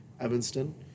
Evanston